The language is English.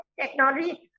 technology